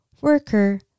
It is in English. worker